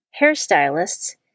hairstylists